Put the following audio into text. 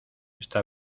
esta